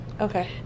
okay